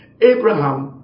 abraham